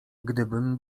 gdybym